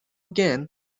again